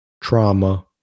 Trauma